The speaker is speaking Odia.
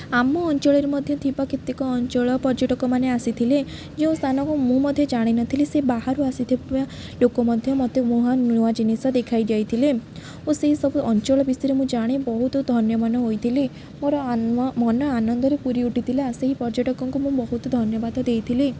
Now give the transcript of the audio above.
ଆମ ଅଞ୍ଚଳରେ ମଧ୍ୟ ଥିବା କେତେକ ଅଞ୍ଚଳ ପର୍ଯ୍ୟଟକମାନେ ଆସିଥିଲେ ଯେଉଁ ସ୍ଥାନକୁ ମୁଁ ମଧ୍ୟ ଜାଣିନଥିଲି ସେ ବାହାରୁ ଆସିଥିବା ଲୋକ ମଧ୍ୟ ମୋତେ ନୂଆ ଜିନିଷ ଦେଖାଇ ଯାଇଥିଲେ ଓ ସେହି ସବୁ ଅଞ୍ଚଳ ବିଷୟରେ ମୁଁ ଜାଣି ବହୁତ ଧନ୍ୟମନ ହୋଇଥିଲି ମୋର ମନ ଆନନ୍ଦରେ ପୁରି ଉଠିଥିଲା ଆଉ ସେହି ପର୍ଯ୍ୟଟକଙ୍କୁ ମୁଁ ବହୁତ ଧନ୍ୟବାଦ ଦେଇଥିଲି